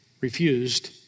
refused